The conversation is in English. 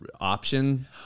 option